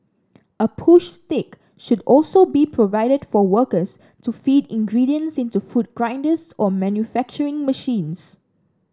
a push stick should also be provided for workers to feed ingredients into food grinders or manufacturing machines